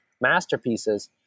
masterpieces